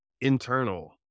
internal